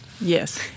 Yes